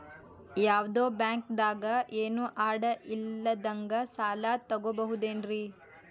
ಯಾವ್ದೋ ಬ್ಯಾಂಕ್ ದಾಗ ಏನು ಅಡ ಇಲ್ಲದಂಗ ಸಾಲ ತಗೋಬಹುದೇನ್ರಿ?